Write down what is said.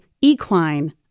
equine